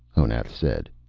honath said.